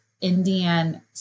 Indian